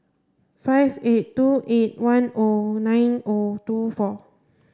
five eight two eight one O nine O two four